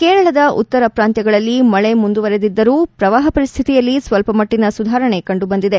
ಕೇರಳದ ಉತ್ತರ ಪ್ರಾಂತ್ಯಗಳಲ್ಲಿ ಮುಂದುವರೆದಿದ್ದರೂ ಪ್ರವಾಹ ಪರಿಸ್ತಿತಿಯಲ್ಲಿ ಸ್ತಲ್ಲಮಟ್ಟನ ಸುಧಾರಣೆ ಕಂಡು ಬಂದಿದೆ